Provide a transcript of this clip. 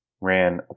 ran